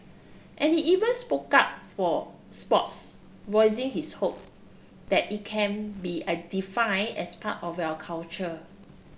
and he even spoke up for sports voicing his hope that it can be a define as part of our culture